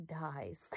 dies